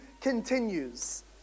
continues